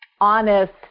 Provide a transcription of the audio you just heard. honest